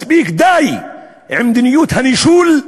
מספיק, די עם מדיניות הנישול.